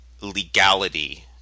legality